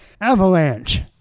Avalanche